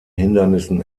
hindernissen